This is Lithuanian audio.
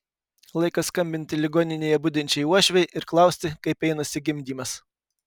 laikas skambinti ligoninėje budinčiai uošvei ir klausti kaip einasi gimdymas